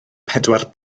pedwar